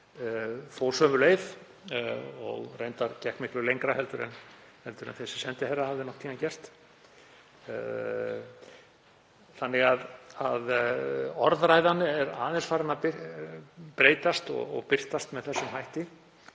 fór sömu leið og reyndar gekk miklu lengra en þessi sendiherra hafði nokkurn tímann gert. Þannig að orðræðan er aðeins farin að breytast og birtast með þessum hætti.